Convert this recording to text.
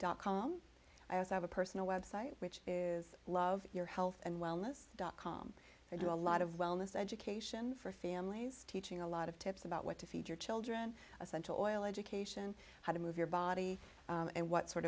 dot com i also have a personal website which is love your health and wellness dot com i do a lot of wellness education for families teaching a lot of tips about what to feed your children essential oil education how to move your body and what sort